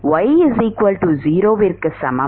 y 0 க்கு சமம்